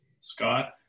Scott